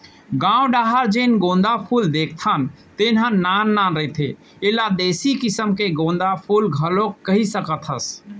गाँव डाहर जेन गोंदा फूल देखथन तेन ह नान नान रहिथे, एला देसी किसम गोंदा फूल घलोक कहि सकत हस